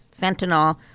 fentanyl